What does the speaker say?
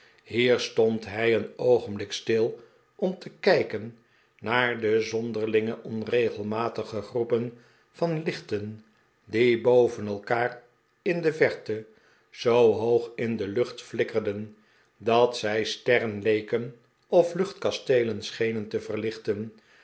hier stond hij een oogenblik stil om te kijken naar de zonderlinge onregelmatige groepen van lichten die boven elkaar in de verte zoo hoog in de lucht flikkerden dat zij sterren leken of luchtkasteelen schenen te verlichten